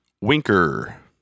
Winker